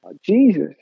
Jesus